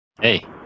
Hey